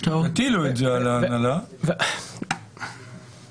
טיפלנו בהם בשבועיים האחרונים ולא כאשר דנו בהם בוועדות.